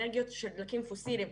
אנרגיות של דלקים פוסיליים.